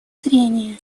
зрения